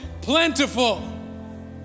plentiful